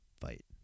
fight